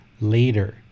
later